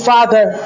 Father